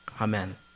Amen